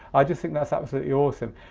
i just think that's absolutely awesome.